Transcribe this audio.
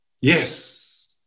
Yes